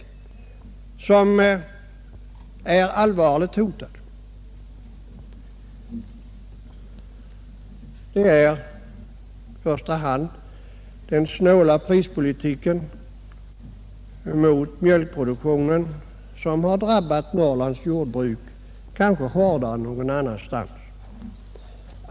Det hotet är allvarligt. I första hand är det den snåla prispolitiken mot mjölkproduktionen som har drabbat Norrlands jordbruk, kanske härdare än nagon annanstans.